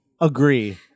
agree